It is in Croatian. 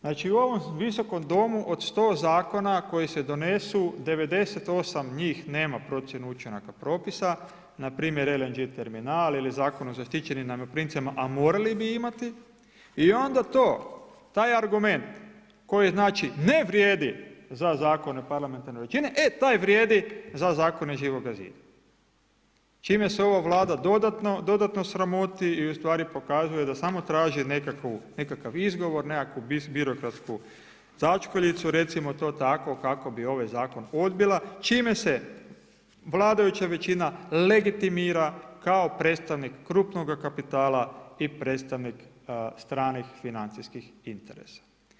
Znači u ovom visokom domu, od 100 zakona koji se donesu, 98% njih nema procjenu učinaka propisa, npr. LNG terminal ili Zakon o zaštićenim najmoprimcima, a morali bi imati i onda to, taj argument, koji znači ne vrijedi za zakone parlamentarne većine, e taj vrijedi za zakone Živoga zida, čime se ova vlada dodatno sramoti i ustvari pokazuje da samo traži nekakav izgovor, nekakvu birokratsku začkoljicu, recimo to tako kako bi ovaj zakon odbila, čime se vladajuća većina legitimira kao predstavnik krupnoga kapitala i predstavnik stranih financijskih interesa.